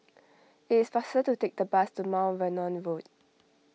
it is faster to take the bus to Mount Vernon Road